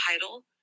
title